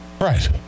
Right